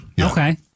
Okay